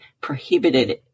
prohibited